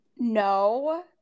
no